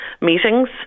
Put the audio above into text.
meetings